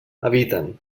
eviten